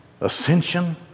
ascension